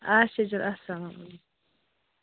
اچھا چلو السلام